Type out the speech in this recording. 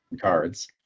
cards